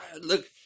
Look